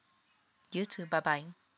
you too bye bye